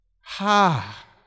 Ha